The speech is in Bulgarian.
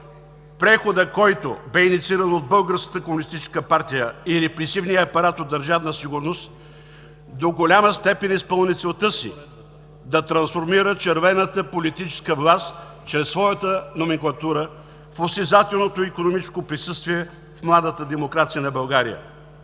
Преходът, който бе иницииран от Българската комунистическа партия и репресивния апарат от „Държавна сигурност“, до голяма степен изпълни целта си – да трансформира червената политическа власт чрез своята номенклатура в осезателното икономическо присъствие в младата демокрация на България.